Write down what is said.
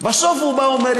בסוף הוא בא ואומר,